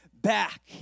back